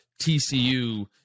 TCU